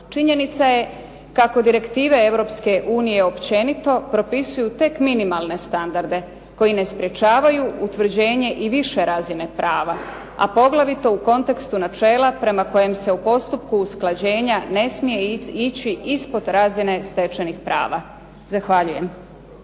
Činjenica je kako direktive Europske unije općenito propisuju tek minimalne standarde, koji ne sprječavaju utvrđenje i više razine prava, a poglavito u kontekstu načela prema kojem se u postupku usklađenja ne smije ići ispod razine stečenih prava. Zahvaljujem.